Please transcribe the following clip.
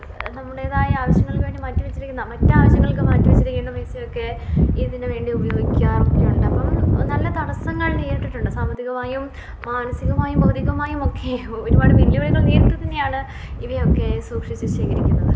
നമ്മുടേതായ ആവശ്യങ്ങൾക്ക് വേണ്ടി മാറ്റിവെച്ചിരിക്കുന്ന മറ്റ് ആവശ്യങ്ങൾക്ക് മാറ്റിവെച്ചിരിക്കുന്ന പൈസയൊക്കെ ഇതിന് വേണ്ടി ഉപയോഗിക്കാറൊക്കെയുണ്ട് അപ്പം നല്ല തടസ്സങ്ങൾ നേരിട്ടിട്ടുണ്ട് സാമ്പത്തികമായും മാനസികമായും ബൗദ്ധികമായും ഒക്കെ ഒരുപാട് വെല്ലുവിളികൾ നേരിട്ടു തന്നെയാണ് ഇവയൊക്കെ സൂക്ഷിച്ച് ശേഖരിക്കുന്നത്